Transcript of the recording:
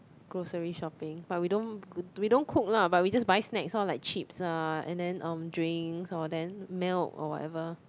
grocery shopping but we don't we don't cook lah but we just buy snacks orh like chips ah and then um drinks or then milk or whatever